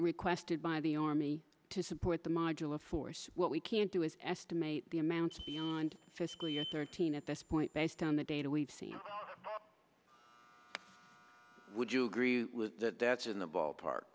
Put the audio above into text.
requested by the army to support the modular force what we can do is estimate the amounts and physically as our team at this point based on the data we've seen what you agree with that that's in the ballpark